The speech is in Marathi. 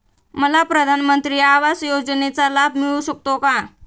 मला प्रधानमंत्री आवास योजनेचा लाभ मिळू शकतो का?